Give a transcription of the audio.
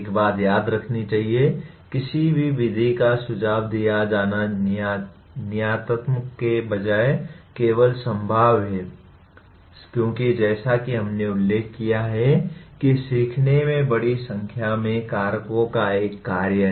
एक बात याद रखनी चाहिए किसी भी विधि का सुझाव दिया जाना नियतात्मक के बजाय केवल संभाव्य है क्योंकि जैसा कि हमने उल्लेख किया है कि सिखने में बड़ी संख्या में कारकों का एक कार्य है